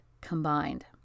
combined